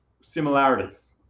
similarities